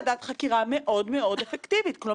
חלק גדול ממנו הוא שינויים בתוך הרגולטורים.